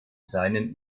seinen